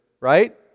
right